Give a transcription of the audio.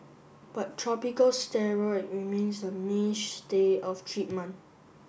but tropical steroid remains the mainstay of treatment